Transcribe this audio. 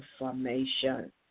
information